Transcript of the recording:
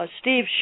Steve